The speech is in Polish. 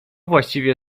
właściwie